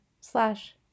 slash